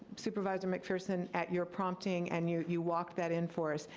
supervisor mcpherson, at your prompting and you you walked that in for us,